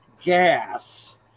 gas